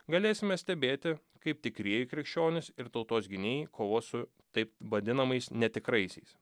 galėsime stebėti kaip tikrieji krikščionys ir tautos gynėjai kovos su taip vadinamais netikraisiais